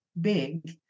big